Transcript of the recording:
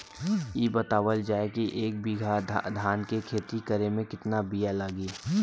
इ बतावल जाए के एक बिघा धान के खेती करेमे कितना बिया लागि?